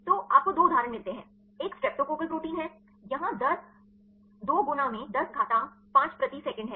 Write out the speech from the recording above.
तो आपको 2 उदाहरण मिलते हैं एक स्ट्रेप्टोकोकल प्रोटीन है यहां दर 2 गुणा में 10 घातांक 5 प्रति सेकंड है